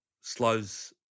slows